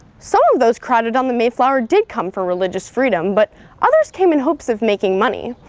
some of those crowded on the mayflower did come for religious freedom, but others came in hopes of making money.